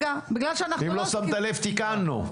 אם לא שמת לב, תיקנו.